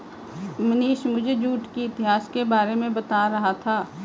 मनीष मुझे जूट के इतिहास के बारे में बता रहा था